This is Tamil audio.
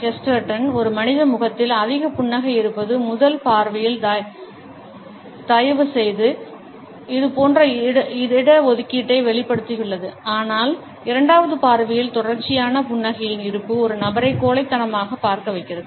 செஸ்டர்டன் ஒரு மனித முகத்தில் அதிக புன்னகை இருப்பது முதல் பார்வையில் தயவுசெய்து தயவுசெய்து செய்யும் போது இதேபோன்ற இட ஒதுக்கீட்டை வெளிப்படுத்தியுள்ளது ஆனால் இரண்டாவது பார்வையில் தொடர்ச்சியான புன்னகையின் இருப்பு ஒரு நபரை கோழைத்தனமாக பார்க்க வைக்கிறது